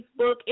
Facebook